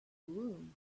room